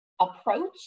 approach